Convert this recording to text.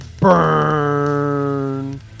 Burn